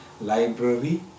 library